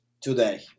today